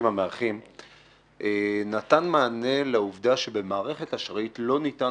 המארחים נתן מענה לעובדה שבמערכת אשראית לא ניתן